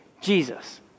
Jesus